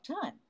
time